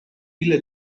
ile